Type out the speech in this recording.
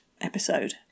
episode